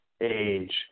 age